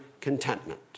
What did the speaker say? contentment